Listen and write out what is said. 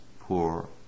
poor